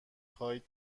خواید